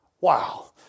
Wow